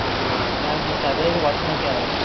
ꯑꯗꯣ ꯃꯥꯒꯤ ꯆꯥꯔꯖꯔꯒꯤ ꯋꯥꯠꯁꯤꯅ ꯀꯌꯥ ꯑꯣꯏꯔꯤꯕ